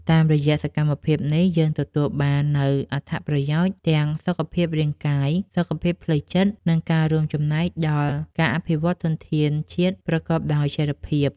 តាមរយៈសកម្មភាពនេះ យើងទទួលបាននូវអត្ថប្រយោជន៍ទាំងសុខភាពរាងកាយ សុខភាពផ្លូវចិត្ត និងការរួមចំណែកដល់ការអភិរក្សធនធានធម្មជាតិប្រកបដោយចីរភាព។